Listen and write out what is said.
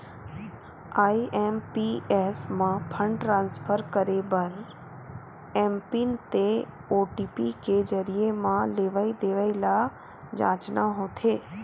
IMPS म fund transfer करे बर एमपिन ते ओ.टी.पी के जरिए म लेवइ देवइ ल जांचना होथे